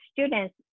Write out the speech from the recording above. students